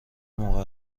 موقع